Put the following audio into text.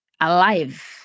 alive